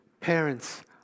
parents